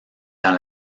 dans